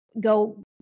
go